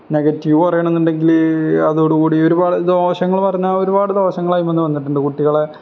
negative പറയണമെന്നുണ്ടെങ്കില് അതോടു കൂടി ഒരുപാട് ദോഷങ്ങളെന്നു പറഞ്ഞാല് ഒരുപാട് ദോഷങ്ങളായി വന്നിട്ടുണ്ട് കുട്ടികളെ